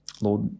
Lord